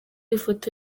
ifoto